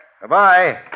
Goodbye